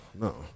no